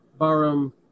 Barum